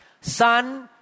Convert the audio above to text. son